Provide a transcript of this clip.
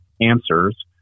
answers